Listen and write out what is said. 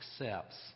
accepts